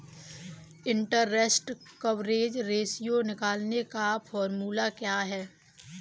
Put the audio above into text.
Interest coverage ratio निकालने का formula क्या है?